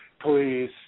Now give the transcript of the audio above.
please